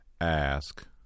Ask